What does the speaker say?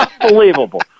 Unbelievable